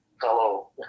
fellow